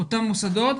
אותם מוסדות